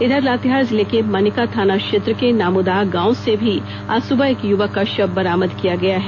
इधर लातेहार जिले के मनिका थाना क्षेत्र के नामुदाग गांव से भी आज सुबह एक युवक का शव बरामद किया गया है